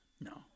No